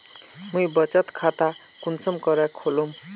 मुई बचत खता कुंसम करे खोलुम?